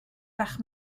bach